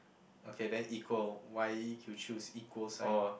okay then equal why you choose equal sign